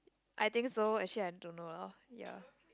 I think so actually I don't know lor ya